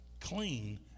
clean